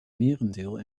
merendeel